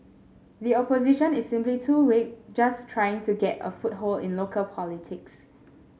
the Opposition is simply too weak just trying to get a foothold in local politics